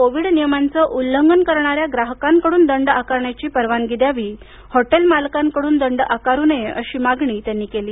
Covid नियमांचं उल्लंघन करणाऱ्या ग्राहकांकडून दंड आकारण्याची परवानगी द्यावी हॉटेल मालकांकडून दंड आकारू नये अशी मागणी त्यांनी केली